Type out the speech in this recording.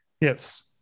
Yes